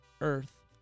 earth